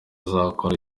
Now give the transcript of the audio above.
uzakora